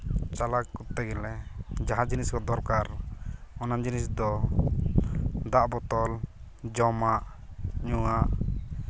ᱪᱟᱞᱟᱜ ᱛᱮᱜᱮᱞᱮ ᱡᱟᱦᱟᱸ ᱡᱤᱱᱤᱥ ᱠᱚ ᱫᱚᱨᱠᱟᱨ ᱚᱱᱟ ᱡᱤᱱᱤᱥᱫᱚ ᱫᱟᱜ ᱵᱚᱛᱚᱞ ᱡᱚᱢᱟᱜ ᱧᱩᱣᱟᱜ